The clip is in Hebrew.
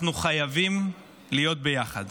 אנחנו חייבים להיות ביחד,